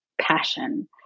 passion